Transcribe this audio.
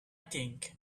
think